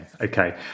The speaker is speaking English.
okay